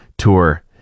tour